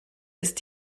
ist